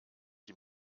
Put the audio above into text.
die